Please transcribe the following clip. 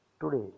Today